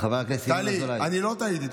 טלי, אני לא טעיתי.